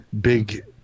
big